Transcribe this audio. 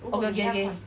okay okay okay